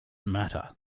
matter